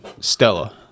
Stella